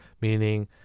meaning